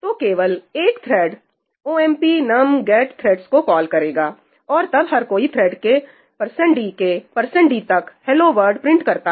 तो केवल एक thread omp num get threads को कॉल करेगा और तब हर कोई थ्रेड के d के d तक 'hello world' hello world print करता है